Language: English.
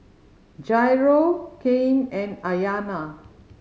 Jairo Cain and Ayana